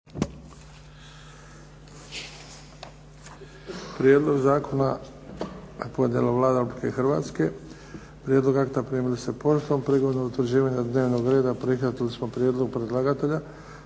Prijedlog zakona podnijela je Vlada Republike Hrvatske. Prijedlog akta primili ste poštom. Prilikom utvrđivanja dnevnog reda prihvatili smo prijedlog predlagatelja